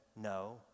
no